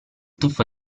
tuffo